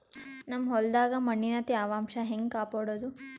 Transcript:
ನಮ್ ಹೊಲದಾಗ ಮಣ್ಣಿನ ತ್ಯಾವಾಂಶ ಹೆಂಗ ಕಾಪಾಡೋದು?